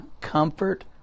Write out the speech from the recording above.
Comfort